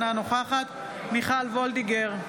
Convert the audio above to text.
אינה נוכחת מיכל מרים וולדיגר,